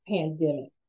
Pandemic